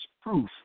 proof